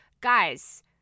Guys